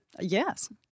Yes